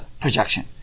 projection